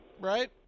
Right